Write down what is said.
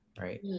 right